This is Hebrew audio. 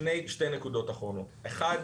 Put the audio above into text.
--- שתי נקודות אחרונות: אחת,